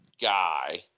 guy